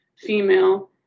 female